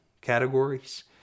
categories